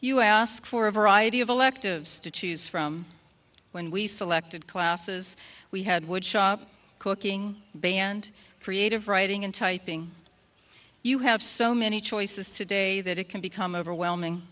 you asked for a variety of electives to choose from when we selected classes we had woodshop cooking band creative writing and typing you have so many choices today that it can become overwhelming